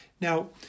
Now